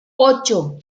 ocho